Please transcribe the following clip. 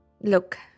Look